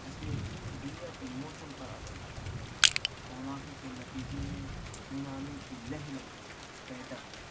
جس نے پوری دنیا کی موسم پر اثر ڈالا دھماکے کے نتیجے میں سنامی کی لہریں بھی پیدا ہوئیں